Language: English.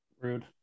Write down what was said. Rude